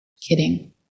Kidding